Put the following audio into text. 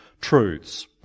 truths